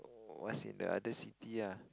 what's in the other city ah